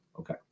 Okay